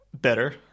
better